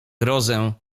grozę